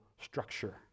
structure